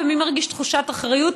ומי מרגיש תחושת אחריות,